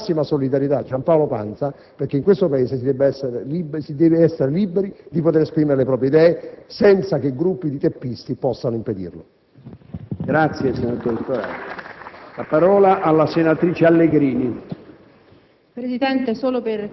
Assemblea debba esprimere massima solidarieta` a Giampaolo Pansa perche´ in questo Paese si deve essere liberi di poter esprimere le proprie idee senza che gruppi di teppisti possano impedirlo.